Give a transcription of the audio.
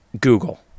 Google